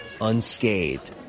unscathed